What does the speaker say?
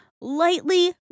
lightly